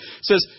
says